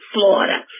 Florida